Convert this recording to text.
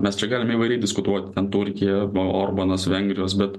mes čia galime įvairiai diskutuot ten turkija orbanas vengrijos bet